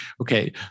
okay